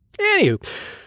Anywho